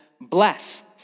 blessed